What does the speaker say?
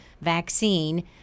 vaccine